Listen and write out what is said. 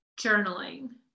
journaling